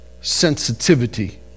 sensitivity